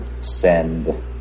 send